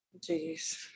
Jeez